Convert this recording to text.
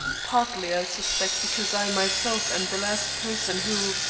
partly, i suspect, because i myself am the last person who,